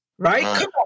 Right